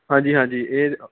ਹਾਂਜੀ ਹਾਂਜੀ ਇਹ